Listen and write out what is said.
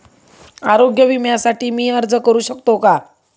आरोग्य विम्यासाठी मी अर्ज करु शकतो का?